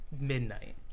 midnight